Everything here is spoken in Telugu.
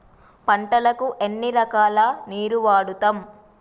పంటలకు ఎన్ని రకాల నీరు వాడుతం?